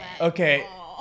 Okay